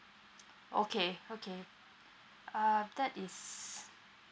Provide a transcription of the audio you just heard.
okay okay uh that is